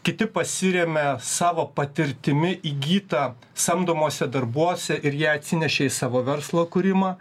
kiti pasirėmė savo patirtimi įgyta samdomuose darbuose ir ją atsinešė į savo verslo kūrimą